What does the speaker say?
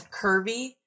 curvy